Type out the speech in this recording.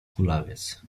kulawiec